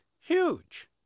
Huge